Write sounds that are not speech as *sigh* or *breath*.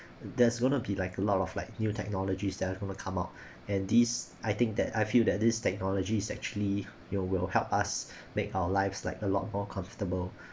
there's going to be like a lot of like new technologies that going to come out *breath* and this I think that I feel that this technology is actually it will help us *breath* make our lives like a lot more comfortable